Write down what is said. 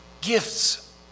gifts